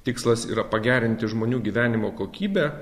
tikslas yra pagerinti žmonių gyvenimo kokybę